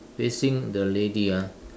facing the lady ah